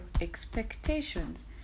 expectations